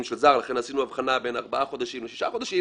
של זר לכן עשינו הבחנה בין ארבעה חודשים לשישה חודשים